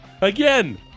Again